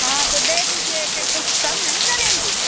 हाँ तो दे दीजिए एक एक तो कम नहीं करेंगी